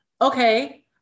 okay